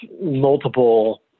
multiple